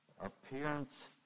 appearance